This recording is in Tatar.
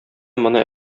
моны